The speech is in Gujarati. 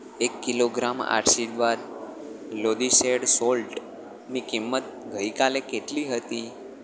એક કિલોગ્રામ આશીર્વાદ લોદીસેડ સોલ્ટની કિંમત ગઈકાલે કેટલી હતી